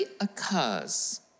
occurs